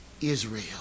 Israel